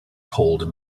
cold